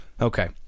Okay